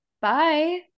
Bye